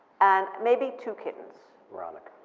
and maybe two kittens. veronica.